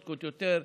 צודקות יותר,